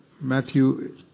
Matthew